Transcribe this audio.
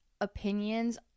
opinions